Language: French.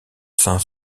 seins